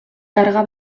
karga